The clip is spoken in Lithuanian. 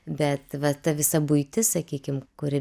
bet va ta visa buitis sakykim kuri